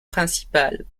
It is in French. principale